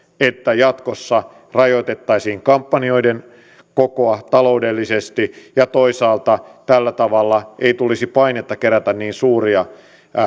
että jatkossa rajoitettaisiin kampanjoiden kokoa taloudellisesti ja toisaalta tällä tavalla ei tulisi painetta kerätä niin suuria